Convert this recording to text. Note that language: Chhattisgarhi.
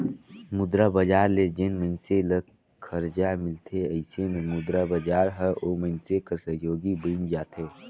मुद्रा बजार ले जेन मइनसे ल खरजा मिलथे अइसे में मुद्रा बजार हर ओ मइनसे कर सहयोगी बइन जाथे